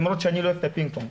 למרות שאני לא אוהב את הפינג פונג,